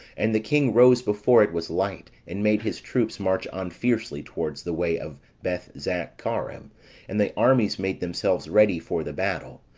and the king rose before it was light, and made his troops march on fiercely towards the way of bethzacharam and the armies made themselves ready for the battle,